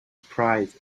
pride